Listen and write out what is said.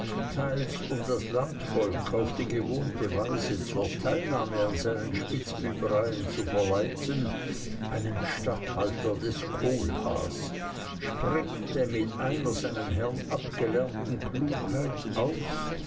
teils um das landvolk auf die gewohnte weise zur teilnahme an seinen spitzbübereien zu verleiten einen statthalter des kohlhaas sprengte mit einer seinem herrn abgelernten klugheit aus